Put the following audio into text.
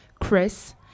Chris